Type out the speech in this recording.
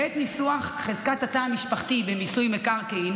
בעת ניסוח חזקת התא המשפחתי במיסוי מקרקעין